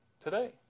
today